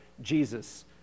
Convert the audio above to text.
Jesus